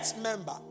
member